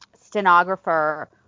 stenographer